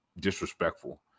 disrespectful